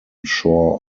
shore